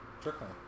Trickling